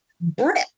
Brit